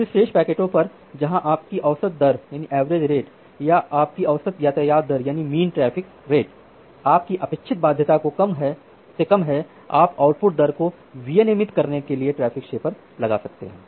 फिर शेष पैकेटों पर जहां आपकी औसत दर या आपकी औसत यातायात दर आपकी अपेक्षित बाध्यता से कम है आप आउटपुट दर को विनियमित करने के लिए ट्रैफ़िक शेपर लगा सकते हैं